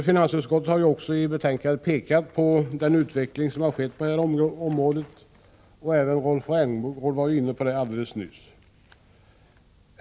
Finansutskottet har i betänkandet pekat på den utveckling som skett på detta område, vilket Rolf Rämgård också var inne på alldeles nyss.